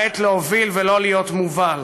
העת להוביל ולא להיות מובל.